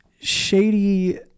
shady